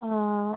ആ